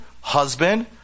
husband